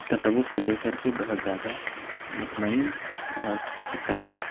تصّوف کو لے کر کے بہت زیادہ مطمئن اور اکسائٹمنٹ ہوں